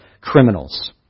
criminals